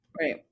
Right